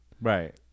Right